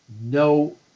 no